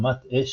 חומת אש,